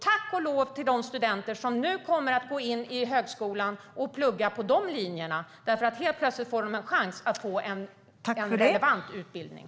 Tack och lov, säger de studenter som nu kommer att plugga på de linjerna, för helt plötsligt får de nu en chans till en relevant utbildning.